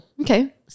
Okay